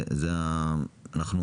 ואנחנו,